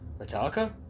Metallica